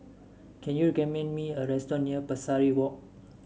can you me a restaurant near Pesari Walk